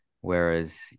whereas